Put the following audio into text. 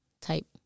type